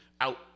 out